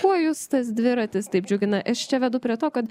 kuo jus tas dviratis taip džiugina aš čia vedu prie to kad